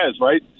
right